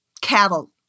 Cattle